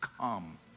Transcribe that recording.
come